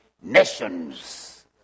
nations